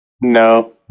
No